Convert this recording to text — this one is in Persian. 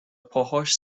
پاهاش